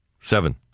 seven